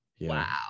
Wow